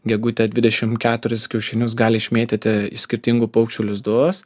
gegutė dvidešim keturis kiaušinius gali išmėtyti į skirtingų paukščių lizdus